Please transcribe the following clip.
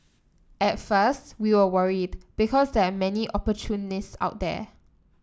at first we were worried because there are many opportunists out there